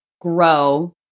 grow